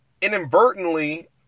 inadvertently